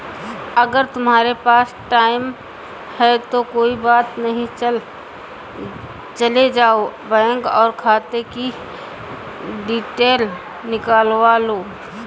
अगर तुम्हारे पास टाइम है तो कोई बात नहीं चले जाओ बैंक और खाते कि डिटेल निकलवा लो